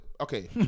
okay